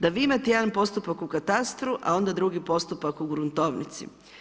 Da vi imate jedan postupak u katastru, a onda drugi postupak u gruntovnici.